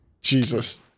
Jesus